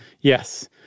Yes